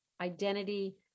identity